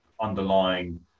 underlying